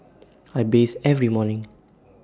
I bathe every morning